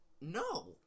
No